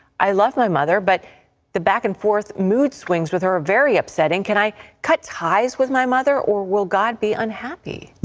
i love my mother but the back and forth mood swings are ah very upsetting. can i cut ties with my mother or will god be unhappy.